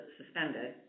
suspended